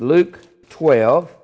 luke twelve